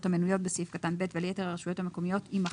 המנויות בסעיף קטן (ב) וליתר הרשויות המקומיות" יימחקו,